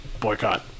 Boycott